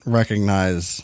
recognize